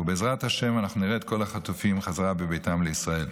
ובעזרת השם אנחנו נראה את כל החטופים חזרה בביתם בישראל.